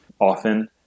often